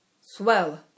Swell